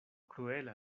kruela